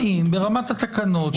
האם ברמת התקנות,